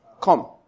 Come